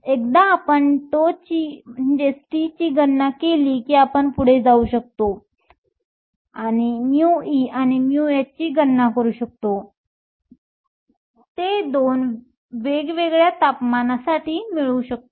एकदा आपण τ ची गणना केली की आपण पुढे जाऊ शकतो आणि μe आणि μh ची गणना करू शकतो आणि ते 2 वेगवेगळ्या तापमानांसाठी मिळवू शकतो